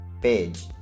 page